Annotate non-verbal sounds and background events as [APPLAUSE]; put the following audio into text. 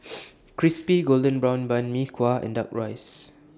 [NOISE] Crispy Golden Brown Bun Mee Kuah and Duck Rice